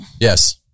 Yes